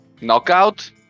Knockout